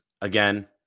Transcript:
Again